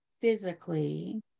physically